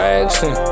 action